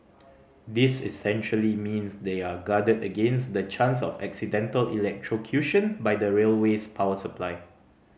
this essentially means they are guarded against the chance of accidental electrocution by the railway's power supply